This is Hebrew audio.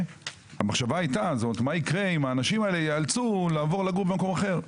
המחשבה הייתה: מה יקרה אם האנשים האלה ייאלצו לעבור לגור במקום אחר?